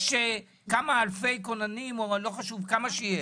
יש כמה אלפי כוננים, או כמה שיש,